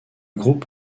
groupe